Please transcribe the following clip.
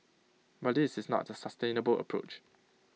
but this is not A sustainable approach